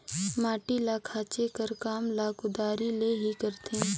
माटी ल खाचे कर काम ल कुदारी ले ही करथे